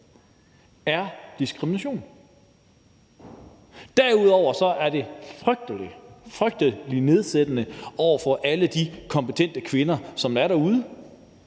er diskrimination. Derudover er det frygtelig nedsættende over for alle de kompetente kvinder, som er derude,